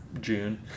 June